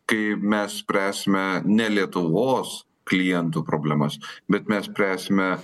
kai mes spręsime ne lietuvos klientų problemas bet mes spręsime